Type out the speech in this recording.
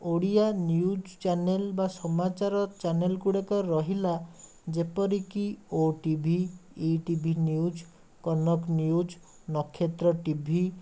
Odia news channel ବା ସମାଚାର channel ଗୁଡ଼ାକ ରହିଲା ଯେପରିକି O T V E T V news Kanak news Nakshatra T ଭି